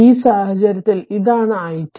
ഈ സാഹചര്യത്തിൽ ഇതാണ് it